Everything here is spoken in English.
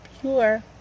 pure